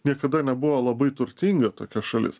niekada nebuvo labai turtinga tokia šalis